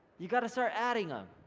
you gotta start adding em.